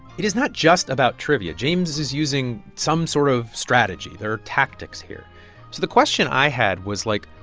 it is not just about trivia. james is is using some sort of strategy. there are tactics here the question i had was, like,